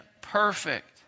perfect